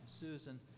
Susan